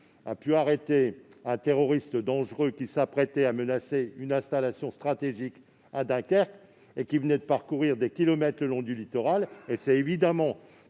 d'arrêter un terroriste dangereux s'apprêtant à menacer une installation stratégique à Dunkerque : cette personne avait parcouru des kilomètres le long du littoral. C'est évidemment